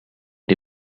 the